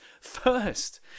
first